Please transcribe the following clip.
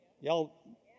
Y'all